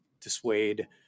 dissuade